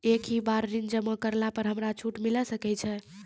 एक ही बार ऋण जमा करला पर हमरा छूट मिले सकय छै?